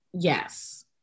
Yes